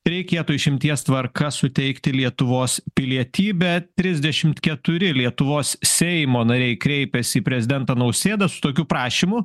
reikėtų išimties tvarka suteikti lietuvos pilietybę trisdešimt keturi lietuvos seimo nariai kreipiasi į prezidentą nausėdą su tokiu prašymu